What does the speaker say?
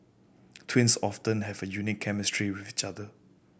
twins often have a unique chemistry with each other